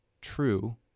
true